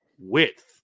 width